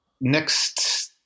next